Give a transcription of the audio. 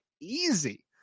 easy